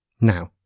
Now